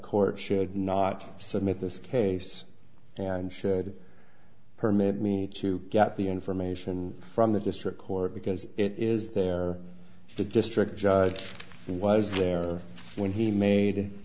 court should not submit this case and should permit me to get the information from the district court because it is the district judge who was there when he made